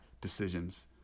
decisions